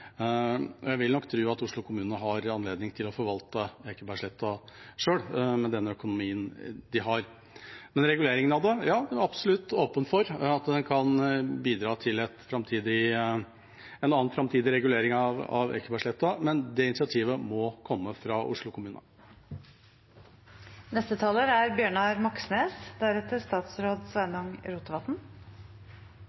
Jeg vil nok tro at Oslo kommune har anledning til å forvalte Ekebergsletta selv, med den økonomien de har. Reguleringen av den – ja, jeg er absolutt åpen for å bidra til en framtidig regulering av Ekebergsletta, men det initiativet må komme fra Oslo kommune. Rødt har lenge jobbet for vern av Ekebergsletta. Dette er